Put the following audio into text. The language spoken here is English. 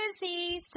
busy